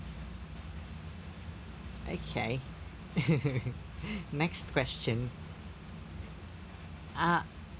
okay next question uh